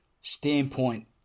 standpoint